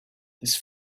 this